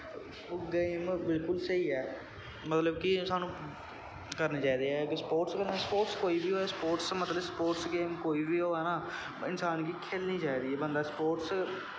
game बिल्कुल स्हेई ऐ मतलव कि साह्नूं करने चाही दे ऐ स्पोर्ट्स कन्नैं स्पोर्ट्स कोई बी होऐ स्पोर्ट्स गेम कोई बी होऐ ना इंसान गी खेलनी चाही दी ऐ बंदा स्पोर्ट्स